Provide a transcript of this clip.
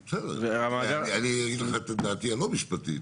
אני אגיד את דעתי הלא משפטית,